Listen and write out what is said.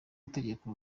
utegeka